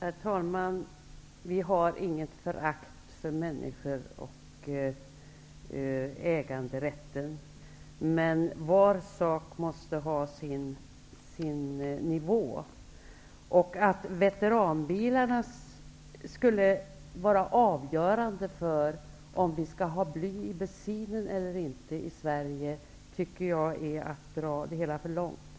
Herr talman! Vi har inte något förakt för människor och äganderätten. Men var sak måste ha sin nivå. Att veteranbilarna skulle vara avgörande för om vi skall ha bly i bensinen eller inte i Sverige är att driva det hela för långt.